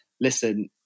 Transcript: listen